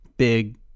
big